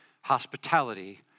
hospitality